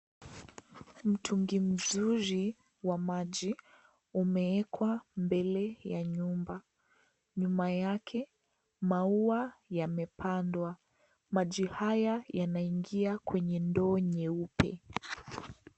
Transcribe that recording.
Mtungi mzuri wa maji umewekwa mbele ya nyumba , nyuma yake maua yamepandwa , maji haya yanaingia kwenye ndoo nyeupe.